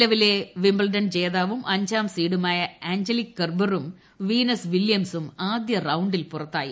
നിലവിലെ വിംബിൾഡൺ ജേതാവും അഞ്ചാം സീഡുമായ അഞ്ജലിക് കെർബറും വീനസ് വിലൃംസും ആദ്യ റൌണ്ടിൽ പുറത്തായി